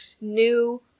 new